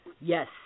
Yes